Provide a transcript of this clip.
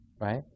right